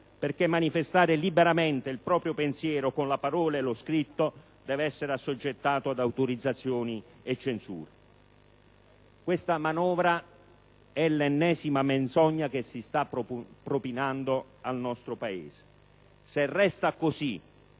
perché manifestare liberamente il proprio pensiero con la parola e lo scritto deve essere assoggettato ad autorizzazioni o censure. Questa manovra finanziaria è l'ennesima menzogna che si sta propinando al Paese. Se resta così,